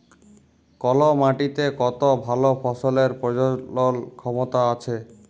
call মাটিতে কত ভাল ফসলের প্রজলল ক্ষমতা আছে